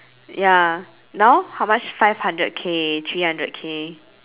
ya now how much five hundred K three hundred K